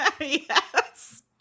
Yes